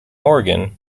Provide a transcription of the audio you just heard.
oregon